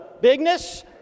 bigness